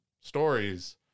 stories